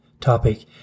topic